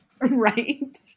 Right